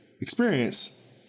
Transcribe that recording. Experience